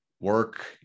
work